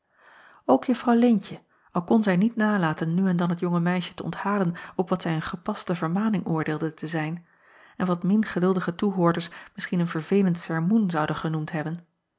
ok uffrouw eentje al kon zij niet nalaten nu en dan het jonge meisje te onthalen op wat zij een gepaste vermaning oordeelde te zijn en wat min geduldige toehoorders misschien een verveelend sermoen zouden genoemd hebben